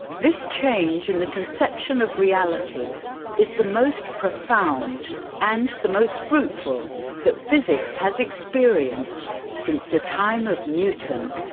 this change in the conception of reality is the most profound and the most fruitful that physics has experienced since the time of newton.